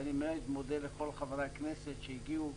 ואני באמת מודה ל כל חברי הכנסת שהגיעו